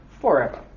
forever